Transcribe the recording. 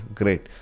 great